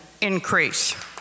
increase